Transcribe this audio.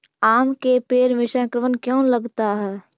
आम के पेड़ में संक्रमण क्यों लगता है?